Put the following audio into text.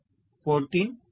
14 ఎంత